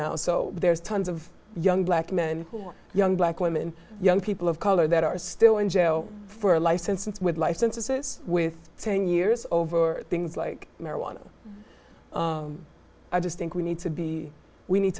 now so there's tons of young black men young black women young people of color that are still in jail for a life sentence with life sentences with ten years over things like marijuana i just think we need to be we need